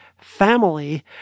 family